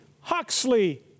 Huxley